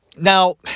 Now